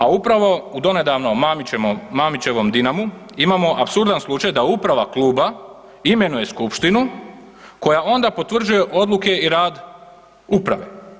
A upravo u donedavno Mamićemov Dinamu imamo apsurdan slučaj da uprava kluba imenuje skupštinu koja onda potvrđuje odluke i rad uprave.